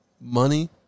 money